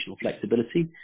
flexibility